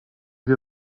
wir